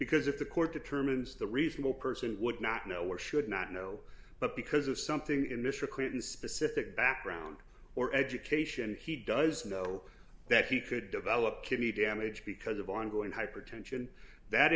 because if the court determines the reasonable person would not know what should not know but because of something in mr clinton specific background or education he does know that he could develop kidney damage because of ongoing ready hypertension that